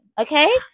okay